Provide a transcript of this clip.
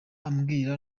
ambwira